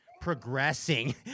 progressing